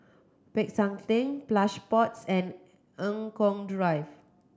Peck San Theng Plush Pods and Eng Kong Drive